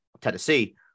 Tennessee